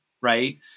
right